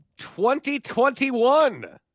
2021